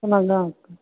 हमर गाँवके